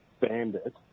Bandit